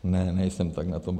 Ne, nejsem tak na tom.